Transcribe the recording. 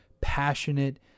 passionate